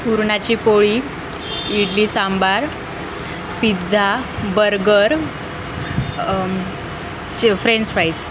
पुरणाची पोळी idli sambar pizza burger चे फ्रेंच फ्राईज